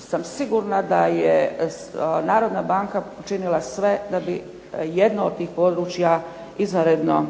sam sigurna da je narodna banka učinila sve da bi jedno od tih područja izvanredno